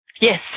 Yes